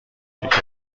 یکی